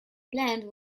bland